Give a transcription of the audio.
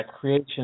creation